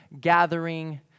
gathering